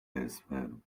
اسپرم